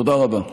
תודה רבה.